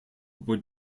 would